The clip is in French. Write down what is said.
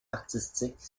artistique